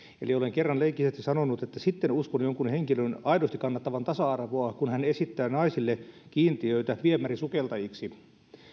eli olen kerran leikkisästi sanonut että sitten uskon jonkun henkilön aidosti kannattavan tasa arvoa kun hän esittää naisille kiintiöitä viemärisukeltajiksi